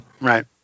right